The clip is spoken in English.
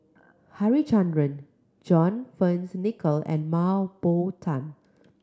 Harichandra John Fearns Nicoll and Mah Bow Tan